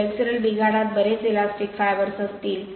flexural बिघाडात बरेच elastic fibres असतील